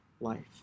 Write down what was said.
life